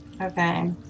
Okay